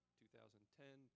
2010